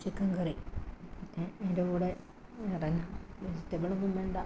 chicken curry പിന്നെ അതിൻ്റെ കൂടെ വേറെ എന്നാ വെജിറ്റബിൾ ഒന്നും വേണ്ട